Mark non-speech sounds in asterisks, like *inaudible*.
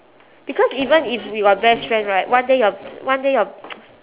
because even if we got best friend right one day your one day your *noise*